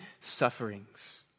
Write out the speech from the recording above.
sufferings